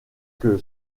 que